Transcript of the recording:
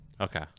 Okay